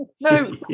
no